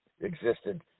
existed